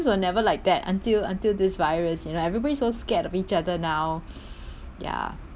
were never like that until until this virus you know everybody so scared of each other now ya